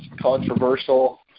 controversial